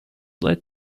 led